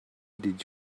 did